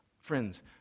Friends